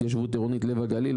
התיישבות עירונית לב הגליל,